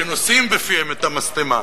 שנושאים בפיהם את המשטמה,